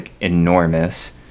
enormous